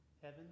Heaven